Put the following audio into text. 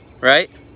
Right